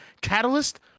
Catalyst